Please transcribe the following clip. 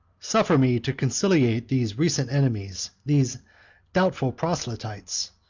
suffer me to conciliate these recent enemies, these doubtful proselytes,